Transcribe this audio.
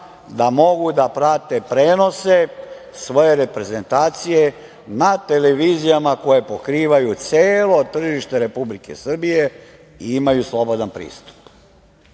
da mogu da prate prenose svoje reprezentacije na televizijama koje pokrivaju celo tržište Republike Srbije i imaju slobodan pristup? Dakle,